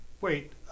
Wait